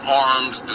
arms